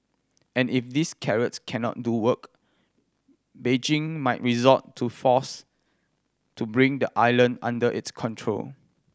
and if these carrots can not do work Beijing might resort to force to bring the island under its control